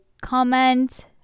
comment